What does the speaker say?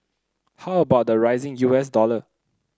how about the rising U S dollar